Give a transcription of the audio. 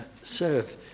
serve